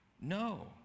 No